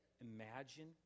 Imagine